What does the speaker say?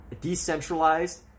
decentralized